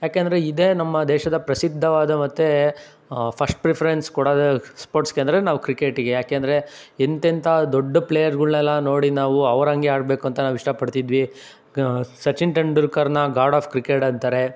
ಯಾಕೆಂದರೆ ಇದೇ ನಮ್ಮ ದೇಶದ ಪ್ರಸಿದ್ಧವಾದ ಮತ್ತು ಫಸ್ಟ್ ಪ್ರಿಫರೆನ್ಸ್ ಕೊಡೋದೆ ಸ್ಪೋರ್ಟ್ಸ್ಗೆ ಅಂದರೆ ನಾವು ಕ್ರಿಕೆಟಿಗೆ ಯಾಕೆಂದರೆ ಎಂತೆಂಥ ದೊಡ್ಡ ಪ್ಲೇಯರ್ಗಳ್ನೆಲ್ಲ ನೋಡಿ ನಾವು ಅವರಂಗೇ ಆಡಬೇಕಂತ ಇಷ್ಟ ಪಡ್ತಿದ್ವಿ ಸಚಿನ್ ತೆಂಡೂಲ್ಕರನ್ನ ಗಾಡ್ ಆಫ್ ಕ್ರಿಕೆಟ್ ಅಂತಾರೆ